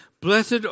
blessed